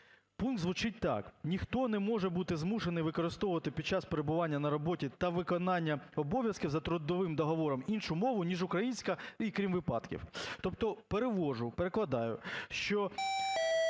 Пункт звучить так: "Ніхто не може бути змушений використовувати під час перебування на роботі та виконання обов'язків за трудовим договором іншу мову, ніж українська, і крім випадків…" Тобто переводжу, перекладаю, що